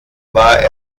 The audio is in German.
war